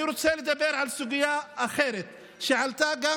אני רוצה לדבר על סוגיה אחרת שעלתה גם